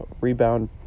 rebound